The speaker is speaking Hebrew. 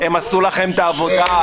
הם עשו לכם את העבודה,